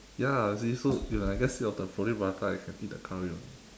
ya it's so you know I guess without the roti prata you can eat the curry only